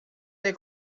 del